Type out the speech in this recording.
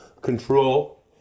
control